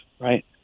right